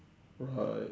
right